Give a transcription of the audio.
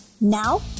Now